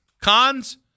Cons